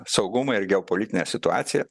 saugumą ir geopolitinę situaciją